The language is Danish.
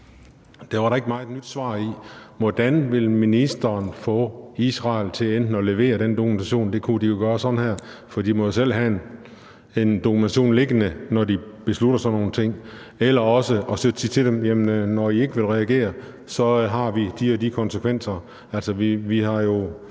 Det var der ikke meget nyt svar i. Hvordan vil ministeren enten få Israel til at levere den dokumentation – det kunne de jo gøre med et fingerknips, for de må jo selv have en dokumentation liggende, når de beslutter sådan nogle ting – eller også sige til dem, at når I ikke vil reagere, har vi de og de konsekvenser? Der er jo